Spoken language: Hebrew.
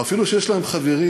או אפילו שיש להם חברים,